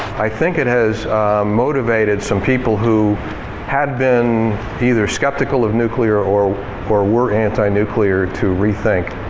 i think it has motivated some people who had been either skeptical of nuclear or or were antinuclear to re-think.